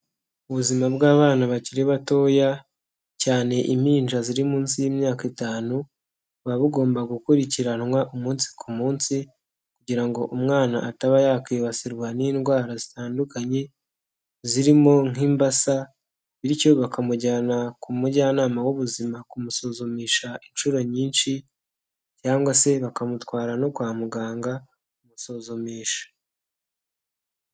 Ubuzima bw'abana bakiri batoya cyane impinja ziri munsi y'imyaka itanu buba bugomba gukurikiranwa umunsi ku munsi kugira ngo umwana ataba yakwibasirwa n'indwara zitandukanye zirimo nk'imbasa, bityo bakamujyana ku mujyanama w'ubuzima kumusuzumisha inshuro nyinshi cyangwa se bakamutwara no kwa muganga bamusuzumisha.